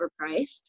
overpriced